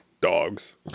dogs